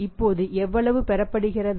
இப்போது எவ்வளவு பெறப்படுகிறது